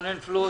רונן פלוט,